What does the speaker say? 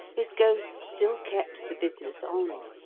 his ghost still kept the business on.